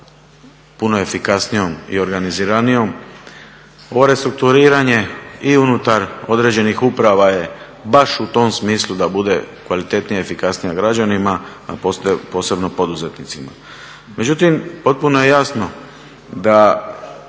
puno efikasnijom i organiziranijom. Ovo restrukturiranje i unutar određenih uprava je baš u tom smislu da bude kvalitetnije i efikasnija građanima a posebno poduzetnicima. Međutim, potpuno je jasno da